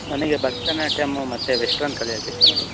ನನಗೆ ಭರತನಾಟ್ಯಂ ಮತ್ತು ವೆಸ್ಟರ್ನ್ ಕಲಿಯೋಕ್ ಇಷ್ಟ ಮೇಡಮ್